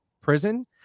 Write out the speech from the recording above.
prison